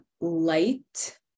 light